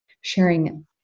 sharing